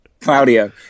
Claudio